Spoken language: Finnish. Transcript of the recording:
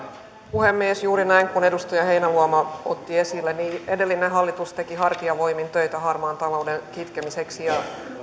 puhemies juuri näin kuin edustaja heinäluoma otti esille edellinen hallitus teki hartiavoimin töitä harmaan talouden kitkemiseksi ja